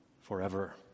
forever